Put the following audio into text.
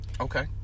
Okay